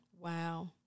Wow